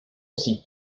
aussi